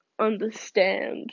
understand